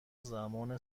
زمان